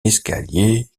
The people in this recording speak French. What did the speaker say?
escalier